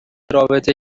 رابطه